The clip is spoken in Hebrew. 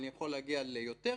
אני יכול להגיע ליותר,